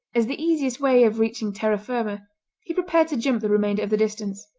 as the easiest way of reaching terra firma he prepared to jump the remainder of the distance.